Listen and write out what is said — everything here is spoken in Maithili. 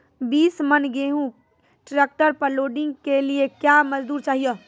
बीस मन गेहूँ ट्रैक्टर पर लोडिंग के लिए क्या मजदूर चाहिए?